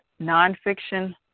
Nonfiction